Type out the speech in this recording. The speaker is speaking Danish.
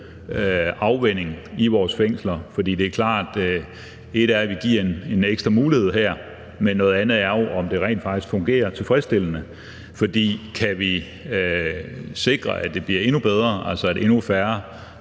afvænningen i fængslerne. For det er klart, at et er, at vi her giver en ekstra mulighed, men at noget andet jo er, om det rent faktisk fungerer tilfredsstillende. For kan vi sikre, at det bliver endnu bedre, altså at endnu færre